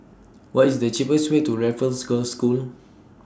What IS The cheapest Way to Raffles Girls' School